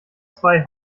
zwei